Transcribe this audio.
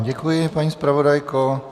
Děkuji vám, paní zpravodajko.